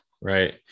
Right